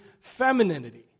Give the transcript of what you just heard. femininity